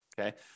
okay